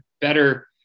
better